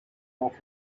off